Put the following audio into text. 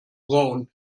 brown